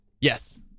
yes